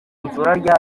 kunsura